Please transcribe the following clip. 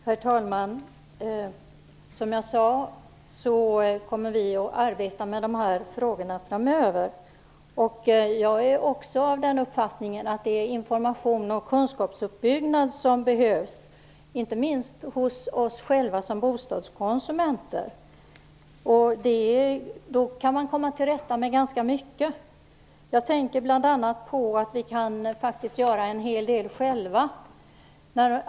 Herr talman! Som jag sade kommer vi att arbeta med de här frågorna framöver. Jag är också av den uppfattningen att det är information och kunskapsuppbyggnad som behövs, inte minst hos oss själva som bostadskonsumenter. Då kan man komma till rätta med ganska mycket. Jag tänker bl.a. på att vi faktiskt kan göra en hel del själva.